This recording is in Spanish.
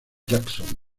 jackson